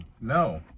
no